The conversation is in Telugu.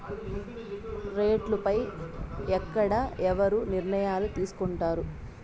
రేట్లు పై ఎక్కడ ఎవరు నిర్ణయాలు తీసుకొంటారు?